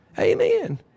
Amen